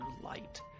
light